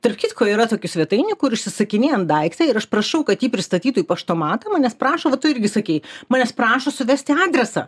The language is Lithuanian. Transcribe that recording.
tarp kitko yra tokių svetainių kur užsisakinėjant daiktą ir aš prašau kad jį pristatytų į paštomatą nes prašo va tu irgi sakei manęs prašo suvesti adresą